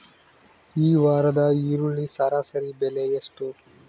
ಈ ವಾರದ ಈರುಳ್ಳಿ ಸರಾಸರಿ ಬೆಲೆ ಎಷ್ಟು?